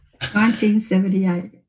1978